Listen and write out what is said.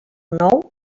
nou